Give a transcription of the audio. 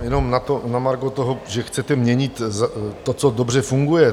Jenom na margo toho, že chcete měnit to, co dobře funguje.